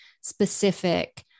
specific